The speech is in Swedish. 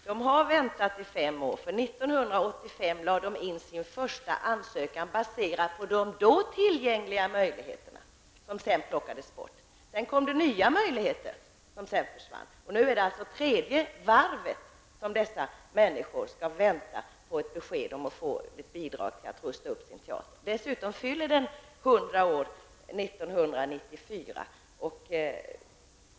Herr talman! Dessa människor har väntat i fem år. År 1985 lämnade de in sin första ansökan enligt de då tillgängliga möjligheterna, som sedan togs bort. Därefter öppnades nya möjligheter, som sedan försvann. Nu är det alltså tredje varvet som dessa människor skall vänta på att få ett besked om de får bidrag för att rusta upp sin teater. Dessutom fyller Ystads teater 100 år år 1994.